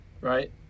Right